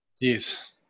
Yes